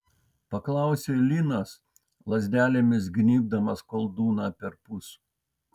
paklausė linas lazdelėmis gnybdamas koldūną perpus